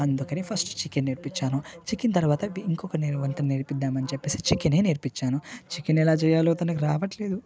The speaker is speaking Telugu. అందుకనే ఫస్ట్ చికెన్ నేర్పించాను చికెన్ తర్వాత ఇంకొక వంట నేను నేర్పిద్దామని చెప్పి చికెనే నేర్పించాను చికెన్ ఎలా చేయాలో తనకు రావట్లేదు